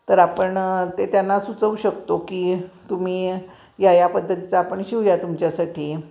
तर आपण ते त्यांना सुचवू शकतो की तुम्ही या या पद्धतीचा आपण शिवूया तुमच्यासाठी